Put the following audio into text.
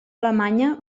alemanya